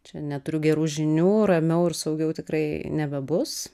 čia neturiu gerų žinių ramiau ir saugiau tikrai nebebus